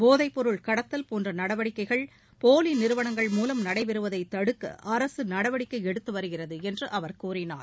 போதைப்பொருள் கடத்தல் போன்ற நடவடிக்கைகள் போலி நிறுவனங்கள் மூவம் நடைபெறுவதை தடுக்க அரசு நடவடிக்கை எடுத்து வருகிறது என்று அவர் தெரிவித்தார்